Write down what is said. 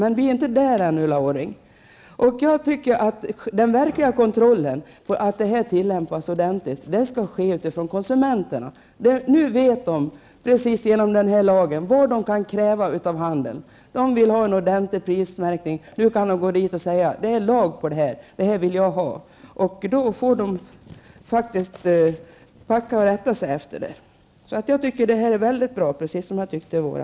Men vi är ännu inte där, Ulla Orring. Jag tycker att den verkliga kontrollen av att detta tillämpas ordentligt skall ske utifrån konsumenternas intressen. Genom denna lag vet konsumenterna precis vad de kan kräva av handeln. Konsumenterna vill ha en ordentlig prismärkning. Och nu kan de gå till sin butik och säga att det är lag på detta och att detta är vad de vill ha. Då får butiken faktiskt rätta sig därefter. Jag tycker precis som i våras att detta är mycket bra.